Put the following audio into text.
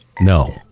No